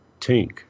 tink